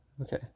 Okay